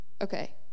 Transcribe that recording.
okay